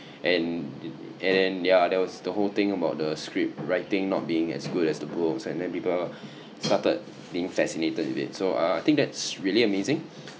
and and then yeah there was the whole thing about the script writing not being as good as the books and then people started being fascinated with it so uh I think that's really amazing